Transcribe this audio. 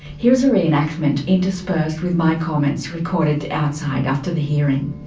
here's a re-enactment, interspersed with my comments recorded outside after the hearing.